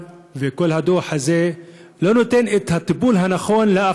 כי בכל מדינות העולם המפותח והלא-מפותח אוהבים את הישראלים חינוך טוב,